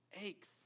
aches